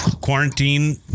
quarantine